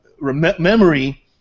memory